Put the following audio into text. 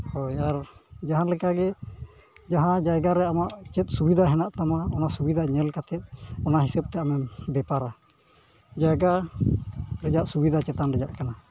ᱦᱳᱭ ᱟᱨ ᱡᱟᱦᱟᱸ ᱞᱮᱠᱟᱜᱮ ᱡᱟᱦᱟᱸ ᱡᱟᱭᱜᱟᱨᱮ ᱟᱢᱟᱜ ᱪᱮᱫ ᱥᱩᱵᱤᱫᱷᱟ ᱦᱮᱱᱟᱜ ᱛᱟᱢᱟ ᱚᱱᱟ ᱥᱩᱵᱤᱫᱷᱟ ᱧᱮᱞ ᱠᱟᱛᱮᱫ ᱚᱱᱟ ᱦᱤᱥᱟᱹᱵᱽᱛᱮ ᱟᱢᱮᱢ ᱵᱮᱯᱟᱨᱟ ᱡᱟᱭᱜᱟ ᱨᱮᱭᱟᱜ ᱨᱮᱭᱟᱜ ᱥᱩᱵᱤᱫᱷᱟ ᱪᱮᱛᱟᱱ ᱨᱮᱭᱟᱜ ᱠᱟᱱᱟ